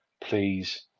please